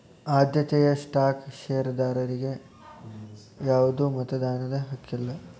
ಆದ್ಯತೆಯ ಸ್ಟಾಕ್ ಷೇರದಾರರಿಗಿ ಯಾವ್ದು ಮತದಾನದ ಹಕ್ಕಿಲ್ಲ